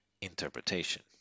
Interpretation